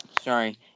Sorry